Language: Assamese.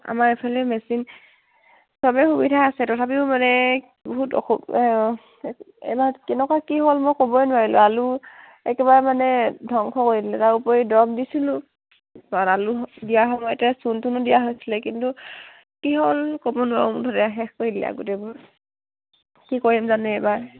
আমাৰ এইফালে মেচিন চবেই সুবিধা আছে তথাপিও মানে বহুত অসু এইবাৰ কেনেকুৱা কি হ'ল মই ক'বই নোৱাৰিলোঁ আলু একেবাৰে মানে ধ্বংস কৰি দিলে তাৰ উপৰি দৰৱ দিছিলোঁ আলু দিয়া সময়তে চূণ তুণো দিয়া হৈছিলে কিন্তু কি হ'ল ক'ব নোৱাৰোঁ মুঠতে শেষ কৰি দিলে আৰু গোটেইবোৰ কি কৰিম জানো এইবাৰ